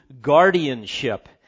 guardianship